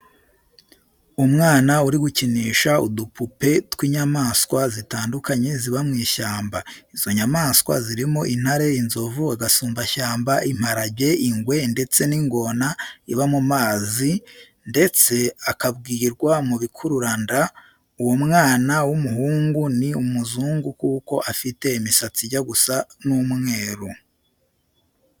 Umwna uri gukinisha udupupe tw'inyamaswa zitandukanye ziba mu ishyamba. Izo nyamaswa zirimo intare, inzovu, agasumbashyamba, imparage, ingwe ndetse n'ingona iba mu mazi ndetse iakabrirwa mu bikururanda. Uwo mwana w'umuhungu ni umuzungu kuko afite imisatsi ijya gusa n'umweru.